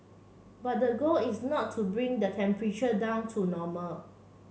but the goal is not to bring the temperature down to normal